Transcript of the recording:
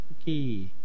Okay